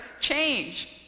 change